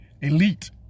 elite